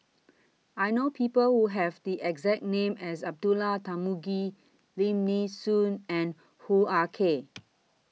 I know People Who Have The exact name as Abdullah Tarmugi Lim Nee Soon and Hoo Ah Kay